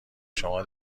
شما